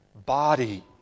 body